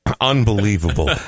Unbelievable